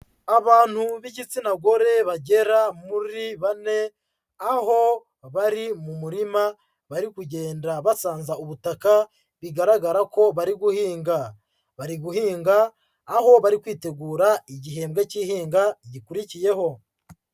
Abantu b'igitsina gore bagera muri bane, aho bari mu murima bari kugenda basanze ubutaka, bigaragara ko bari guhinga. Bari guhinga aho bari kwitegura igihembwe cy'ihinga gikurikiyeho.